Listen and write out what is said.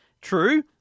true